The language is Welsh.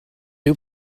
dyw